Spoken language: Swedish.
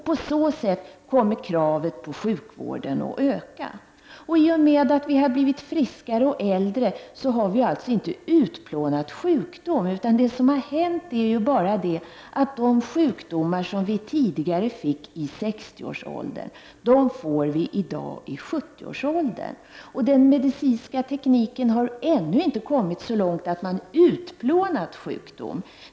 På det sättet kommer kraven på sjukvården att öka. I och med att vi har blivit friskare och äldre har inte sjukdomarna utplånats. Det som har hänt är att de sjukdomar som människor tidigare fick i 60-årsåldern får människor i dag i 70-årsåldern. Den medicinska tekniken har ännu inte kommit så långt att sjukdomarna har utplånats.